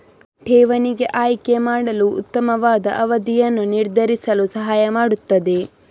ಠೇವಣಿಗೆ ಆಯ್ಕೆ ಮಾಡಲು ಉತ್ತಮವಾದ ಅವಧಿಯನ್ನು ನಿರ್ಧರಿಸಲು ಸಹಾಯ ಮಾಡುತ್ತದೆ